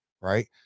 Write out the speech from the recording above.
Right